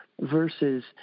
versus